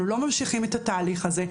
אנחנו לא ממשיכים את התהליך הזה,